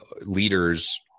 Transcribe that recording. leaders